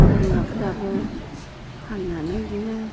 बोरमाफोराबो फाननानै बिदिनो